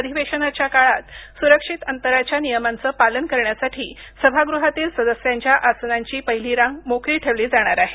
अधिवेशनाच्या काळात सुरक्षित अंतराच्या नियमांचं पालन करण्यासाठी सभागृहातील सदस्यांच्या आसनांची पहिली रांग मोकळी ठेवली जाणार आहे